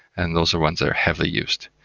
and those are ones that are heavily used.